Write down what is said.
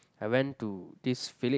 I went to this village